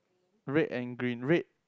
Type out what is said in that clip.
red and green red